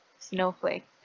snowflake